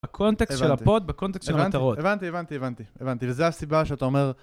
בקונטקסט של הפוד, בקונטקסט של המטרות. הבנתי, הבנתי, הבנתי. וזו הסיבה שאתה אומר...